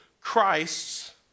Christs